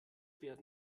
werden